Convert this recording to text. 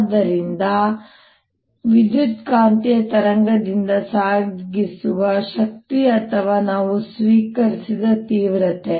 ಆದ್ದರಿಂದ ಅದು ವಿದ್ಯುತ್ಕಾಂತೀಯ ತರಂಗದಿಂದ ಸಾಗಿಸುವ ಶಕ್ತಿ ಅಥವಾ ನಾವು ಸ್ವೀಕರಿಸಿದ ತೀವ್ರತೆ